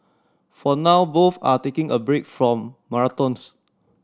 for now both are taking a break from marathons